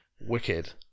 wicked